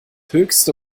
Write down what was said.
höchste